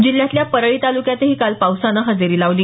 जिल्ह्यातल्या परळी तालुक्यातही काल पावसानं हजेरी लावली